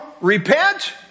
repent